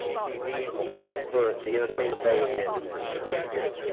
tv for the entertainment bay in the industry, that's pretty cool.